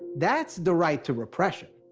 that's the right to repression.